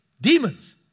Demons